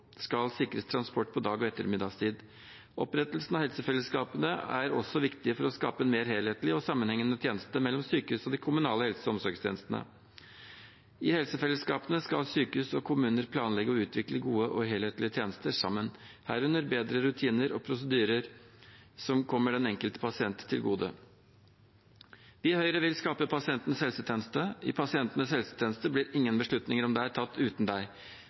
skal sikres transport på dag- og ettermiddagstid. Opprettelsen av helsefellesskapene er også viktig for å skape en mer helhetlig og sammenhengende tjeneste mellom sykehusene og de kommunale helse- og omsorgstjenestene. I helsefellesskapene skal sykehus og kommuner planlegge og utvikle gode og helhetlige tjenester sammen, herunder bedre rutiner og prosedyrer som kommer den enkelte pasient til gode. Vi i Høyre vil skape pasientenes helsetjeneste. I pasientenes helsetjeneste blir ingen beslutninger om deg tatt uten